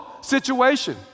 situation